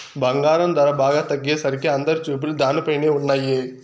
బంగారం ధర బాగా తగ్గేసరికి అందరి చూపులు దానిపైనే ఉన్నయ్యి